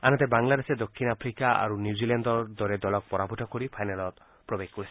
আনহাতে বাংলাদেশে দক্ষিণ আফ্ৰিকা আৰু নিউজিলেণ্ডৰ দৰে দলক পৰাভূত কৰি ফাইনেলত প্ৰৱেশ কৰিছে